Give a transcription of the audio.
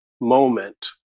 moment